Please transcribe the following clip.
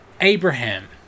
Abraham